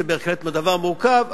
זה בהחלט דבר מורכב,